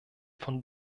von